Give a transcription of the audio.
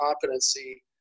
competency